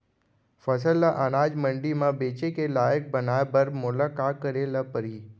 फसल ल अनाज मंडी म बेचे के लायक बनाय बर मोला का करे ल परही?